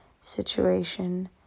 situation